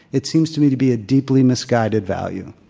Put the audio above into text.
it seems to me to be a deeply misguided value.